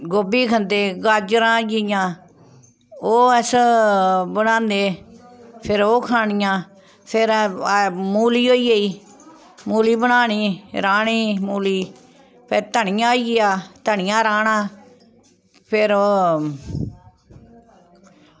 गोभी खंदे गाजरां होई गेइयां ओह् अस बनान्ने फिर ओह् खानियां फिर मूली होई गेई मूली बनानी राह्नी मूली फिर धनिया होई गेआ धनिया राह्ना फिर ओह्